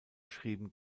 schrieben